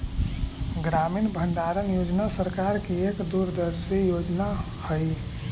ग्रामीण भंडारण योजना सरकार की एक दूरदर्शी योजना हई